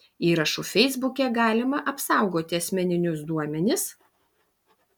įrašu feisbuke galima apsaugoti asmeninius duomenis